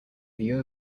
view